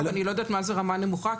אני לא יודעת מה זה רמה נמוכה.